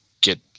get